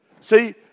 See